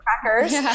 crackers